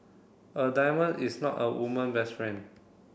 a diamond is not a woman best friend